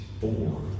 four